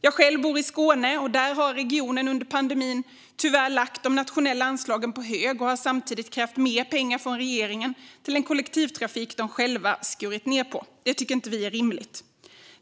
Jag bor i Skåne, och där har regionen under pandemin tyvärr lagt de nationella anslagen på hög och samtidigt krävt mer pengar från regeringen till en kollektivtrafik som de själva skurit ned på. Det tycker vi inte är rimligt.